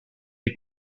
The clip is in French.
est